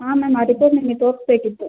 ಹಾಂ ಮ್ಯಾಮ್ ಅದಕ್ಕೆ ನಿಮಗೆ ತೋರಿಸ್ಬೇಕಿತ್ತು